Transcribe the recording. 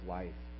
life